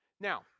Now